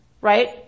right